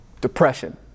Depression